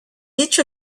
each